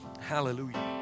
Hallelujah